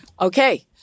Okay